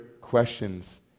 questions